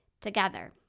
together